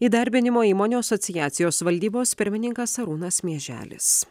įdarbinimo įmonių asociacijos valdybos pirmininkas arūnas mieželis